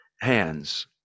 Hands